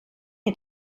est